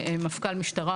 קיים.